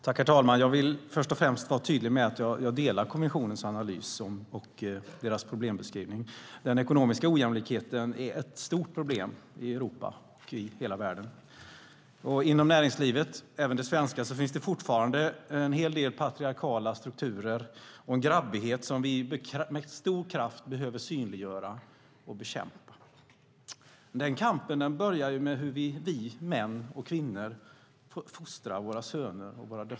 Herr talman! Jag vill först och främst vara tydlig med att jag helt delar kommissionens analys och problembeskrivning. Den ekonomiska ojämlikheten är ett stort problem i Europa och i hela världen. Inom näringslivet, även det svenska, finns det fortfarande en hel del patriarkala strukturer och en grabbighet som vi med stor kraft behöver synliggöra och bekämpa. Den kampen börjar med hur vi, män och kvinnor, fostrar våra söner och döttrar.